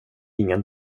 ingen